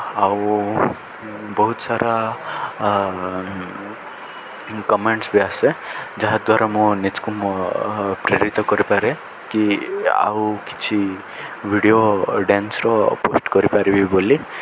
ଆଉ ବହୁତ ସାରା କମେଣ୍ଟସ୍ ବି ଆସେ ଯାହାଦ୍ୱାରା ମୁଁ ନିଜକୁ ମୋ ପ୍ରେରିତ କରିପାରେ କି ଆଉ କିଛି ଭିଡ଼ିଓ ଡ୍ୟାନ୍ସର ପୋଷ୍ଟ କରିପାରିବି ବୋଲି